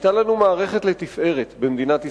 היתה לנו מערכת לתפארת במדינת ישראל,